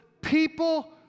people